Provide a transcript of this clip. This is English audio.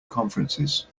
conferences